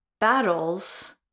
Battles